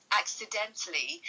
accidentally